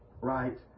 right